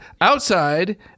outside